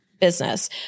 business